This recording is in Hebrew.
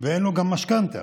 ואין לו גם משכנתה.